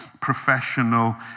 professional